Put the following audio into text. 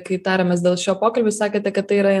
kai tarėmės dėl šio pokalbio jūs sakėte kad tai yra